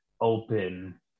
open